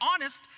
honest